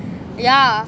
yeah